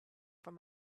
from